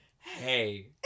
Hey